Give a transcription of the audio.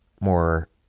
more